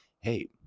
hey